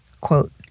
Quote